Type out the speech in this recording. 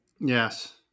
Yes